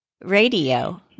radio